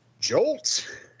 Jolt